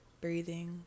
breathing